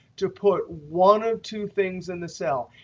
to put one of two things in the cell.